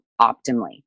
optimally